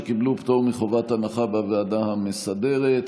שקיבלו פטור מחובת הנחה בוועדה המסדרת.